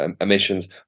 emissions